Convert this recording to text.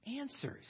Answers